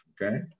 Okay